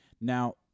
Now